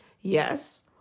Yes